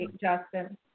Justin